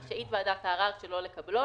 רשאית ועדת הערר שלא לקבלו,